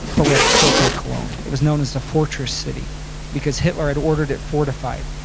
but we had to still take cologne. it was known as the fortress city because hitler had ordered it fortified.